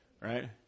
right